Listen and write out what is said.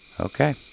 okay